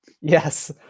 yes